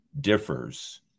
differs